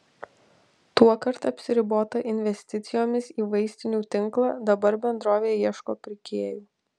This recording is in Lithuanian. tuokart apsiribota investicijomis į vaistinių tinklą dabar bendrovė ieško pirkėjų